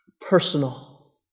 personal